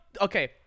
Okay